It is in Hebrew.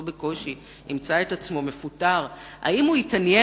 בקושי ובמאמץ ימצא את עצמו מפוטר מ"תפרון"